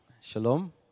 Shalom